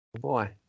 Boy